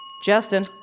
Justin